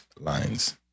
lines